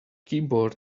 keyboard